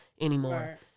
anymore